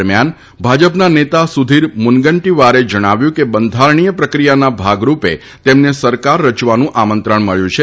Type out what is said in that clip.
દરમિયાન ભાજપના નેતા સુધીર મુનગંટીવારે જણાવ્યું છે કે બંધારણીય પ્રક્રિયાના ભાગરૂપે તેમને સરકાર રચવાનું આમંત્રણ મળ્યું છે